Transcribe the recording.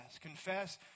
Confess